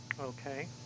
Okay